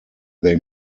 they